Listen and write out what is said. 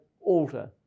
alter